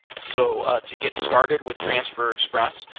so to get started with transfer express,